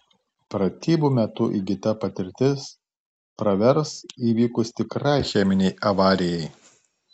pratybų metu įgyta patirtis pravers įvykus tikrai cheminei avarijai